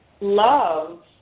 love